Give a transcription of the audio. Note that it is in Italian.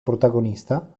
protagonista